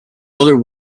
older